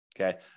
Okay